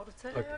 הוא רוצה להשיב?